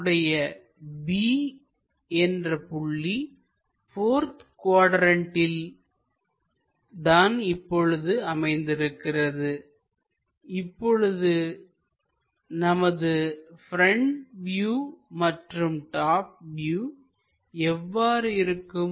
நம்முடைய b என்ற புள்ளி போர்த் குவாட்ரண்ட்டில் தான் இப்பொழுது அமைந்திருக்கிறது இப்பொழுது நமது ப்ரெண்ட் வியூ மற்றும் டாப் வியூ எவ்வாறு இருக்கும்